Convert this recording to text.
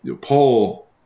Paul